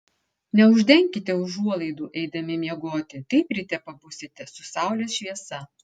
neuždenkite užuolaidų eidami miegoti taip ryte pabusite su saulės šviesa